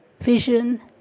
vision